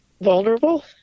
vulnerable